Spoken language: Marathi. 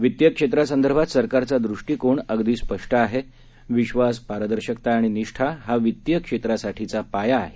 वित्तीय क्षेत्रासंदर्भात सरकारचा दृष्टीकोण अगदी स्पष्ट आहे विधास पारदर्शकता आणि निष्ठा हा वित्तीय क्षेत्रासाठीचा पाया आहे